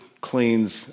cleans